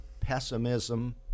pessimism